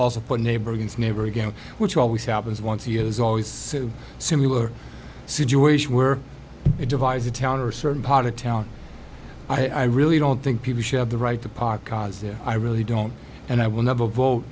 again which always happens once he has always so simular situation where it devise a town or a certain part of town i really don't think people should have the right to park cars there i really don't and i will never